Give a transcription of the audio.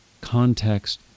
context